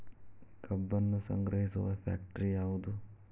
ಕಬ್ಬನ್ನು ಸಂಗ್ರಹಿಸುವ ಫ್ಯಾಕ್ಟರಿ ಯಾವದು?